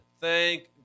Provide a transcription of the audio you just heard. Thank